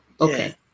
Okay